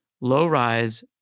low-rise